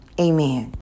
Amen